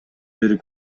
бери